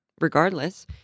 regardless